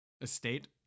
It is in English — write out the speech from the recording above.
Estate